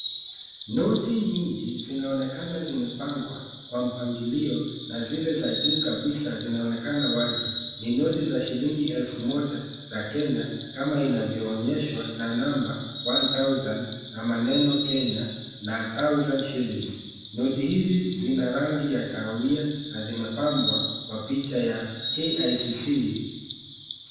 Noti nyingi zinaonekana zimepangwa kwa mpangilio na zile za juu kabisa zinaonekana wazi. Ni noti za shilingi elfu moja za Kenya kama inavyoonyeshwa, na namba one thousand na maneno Kenya na a thousand shillings . Noti hizi zina rangi ya kahawia na zimepambwa kwa picha ya KICC.